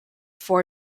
four